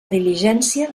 diligència